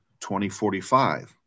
2045